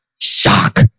shock